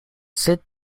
sit